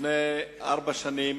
לפני ארבע שנים